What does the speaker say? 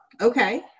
okay